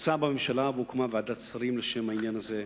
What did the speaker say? הוצע בממשלה, והוקמה ועדת שרים לשם העניין הזה,